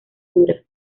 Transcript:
dura